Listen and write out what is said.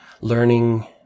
learning